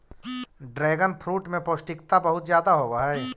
dragon fruit में पौष्टिकता बहुत ज्यादा होवऽ हइ